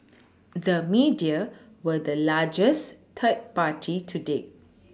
the media were the largest third party today